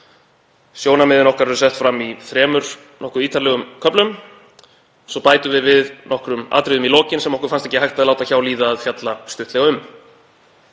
Sjónarmið okkar eru sett fram í þremur nokkuð ítarlegum köflum. Svo bætum við nokkrum atriðum við í lokin sem okkur fannst ekki hægt að láta hjá líða að fjalla stuttlega um.